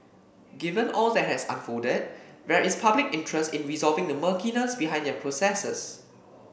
given all that has unfolded there is public interest in resolving the murkiness behind their processes